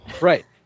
Right